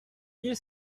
mille